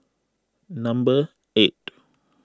number eight